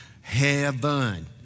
heaven